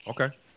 Okay